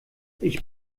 ich